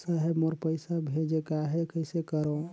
साहेब मोर पइसा भेजेक आहे, कइसे करो?